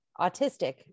autistic